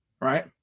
Right